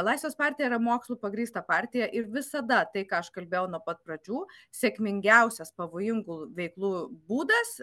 laisvės partija yra mokslu pagrįsta partija ir visada tai ką aš kalbėjau nuo pat pradžių sėkmingiausias pavojingų veiklų būdas